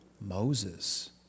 Moses